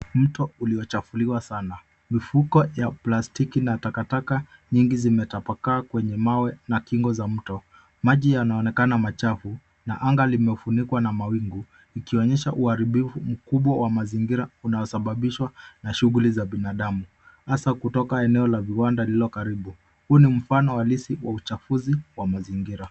Mto uliochafuliwa sana, mifuko ya plastiki na takataka nyingi zimetapakaa kwenye mawe na kingo za mto. Maji yanaonekana machafu na anga limefunikwa na mawingu, ikionyesha uharibifu mkubwa wa mazingira unaosababishwa na shughuli za binadamu, hasaa kutoka eneo la viwanda lililo karibu. Huu ni mfano halisi wa uchafuzi wa mazingira.